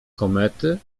komety